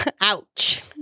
Ouch